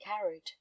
carried